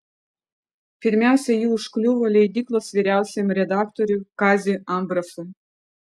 pirmiausia ji užkliuvo leidyklos vyriausiajam redaktoriui kaziui ambrasui